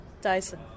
Dyson